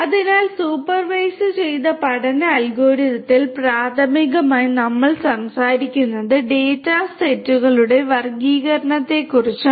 അതിനാൽ സൂപ്പർവൈസുചെയ്ത പഠന അൽഗോരിതത്തിൽ പ്രാഥമികമായി നമ്മൾ സംസാരിക്കുന്നത് ഡാറ്റ സെറ്റുകളുടെ വർഗ്ഗീകരണത്തെക്കുറിച്ചാണ്